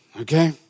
okay